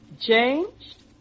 Changed